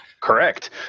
Correct